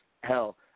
Hell